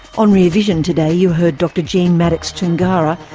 on rear vision today you heard dr jeanne maddox toungara,